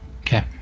Okay